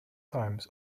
times